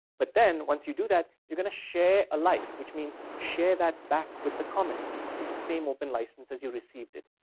but then once you do that, you are gonna share alike which means, share that back with the comments with the same open license as you received it.